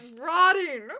Rotting